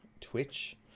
Twitch